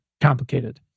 complicated